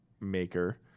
maker